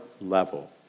level